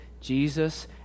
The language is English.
Jesus